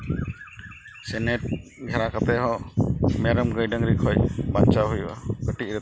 ᱥᱮ ᱱᱮᱹᱴ ᱜᱷᱮᱨᱟ ᱠᱟᱛᱮᱫ ᱦᱚᱸ ᱢᱮᱨᱚᱢ ᱠᱷᱚᱱ ᱰᱟᱹᱝᱨᱤ ᱠᱷᱚᱱ ᱵᱟᱧᱪᱟᱣ ᱦᱩᱭᱩᱜᱼᱟ